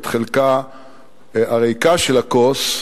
את חלקה הריק של הכוס,